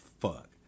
fuck